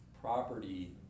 property